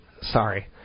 Sorry